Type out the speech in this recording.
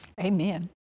Amen